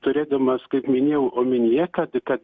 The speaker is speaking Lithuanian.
turėdamas kaip minėjau omenyje kad kad